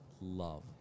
love